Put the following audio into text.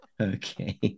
Okay